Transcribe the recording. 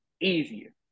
easier